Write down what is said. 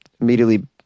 immediately